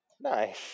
Nice